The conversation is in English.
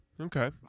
Okay